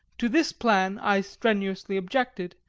to this plan i strenuously objected,